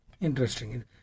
Interesting